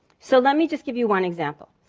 so let me just give you one example.